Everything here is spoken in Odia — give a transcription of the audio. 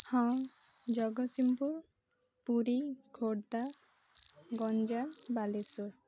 ହଁ ଜଗତସିଂହପୁର ପୁରୀ ଖୋର୍ଦ୍ଧା ଗଞ୍ଜାମ ବାଲେଶ୍ୱର